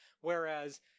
Whereas